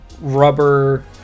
rubber